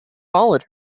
followed